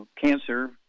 cancer